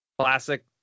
classic